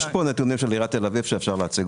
יש פה נתונים של עיריית תל אביב שאפשר להציג.